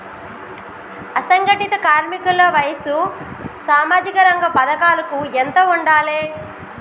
అసంఘటిత కార్మికుల వయసు సామాజిక రంగ పథకాలకు ఎంత ఉండాలే?